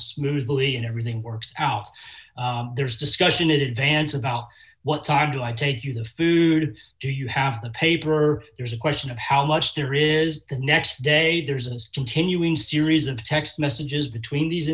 smoothly and everything works out there's discussion in advance about what's our do i take you to food do you have the paper or there's a question of how much there is the next day there's a continuing series of text messages between these